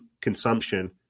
consumption